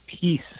peace